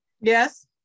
Yes